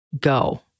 go